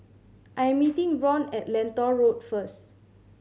I am meeting Ron at Lentor Road first